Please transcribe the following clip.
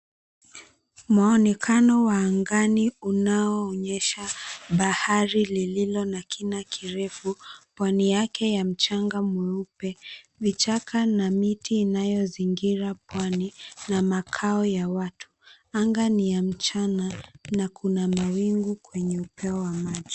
Mwonekano wa angani linaloonyesha bahari lililo na kina kirefu, pwani yake wa mchanga mweupe. Vichaka na miti inayozingira pwani na makao ya watu. Anga ni ya mchana na kuna mawingu kwenye upeo wa maji.